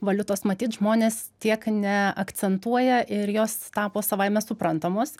valiutos matyt žmonės tiek neakcentuoja ir jos tapo savaime suprantamos